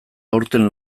aurten